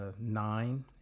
nine